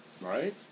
Right